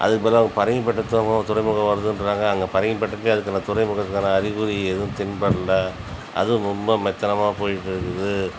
அதுக்கு பதிலாக பரங்கிபட்ட துறைமுகம் துறைமுகம் வருதுன்றாங்க அங்கே பரங்கிபட்டைக்கி அதுக்கான துறைமுகத்துக்கான அறிகுறி எதுவும் தென்படல அதுவும் ரொம்ப மெத்தனமா போயிட்டிருக்குது